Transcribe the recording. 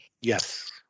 Yes